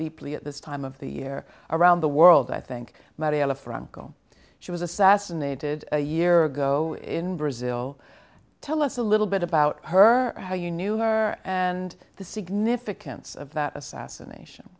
deeply at this time of the year around the world i think mariella franco she was assassinated a year ago in brazil tell us a little bit about her how you knew her and the significance of that assassination